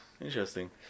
Interesting